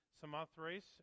Samothrace